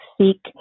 seek